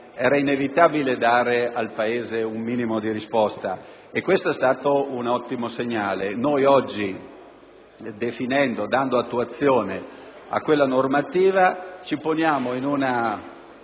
era inevitabile dare al Paese un minimo di risposta, e questo è stato un ottimo segnale. Oggi, dando attuazione a quella normativa ci poniamo in una